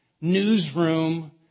newsroom